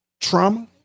trauma